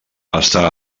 està